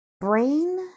brain